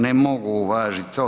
Ne mogu uvažiti to.